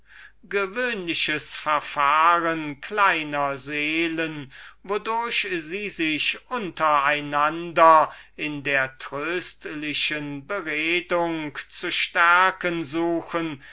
gewöhnliches verfahren der kleinen geister wodurch sie sich unter einander in der tröstlichen beredung zu stärken suchen